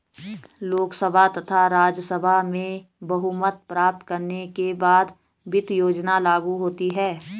लोकसभा तथा राज्यसभा में बहुमत प्राप्त करने के बाद वित्त योजना लागू होती है